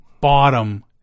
bottom